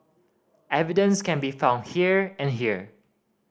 evidence can be found here and here